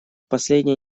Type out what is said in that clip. последние